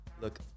look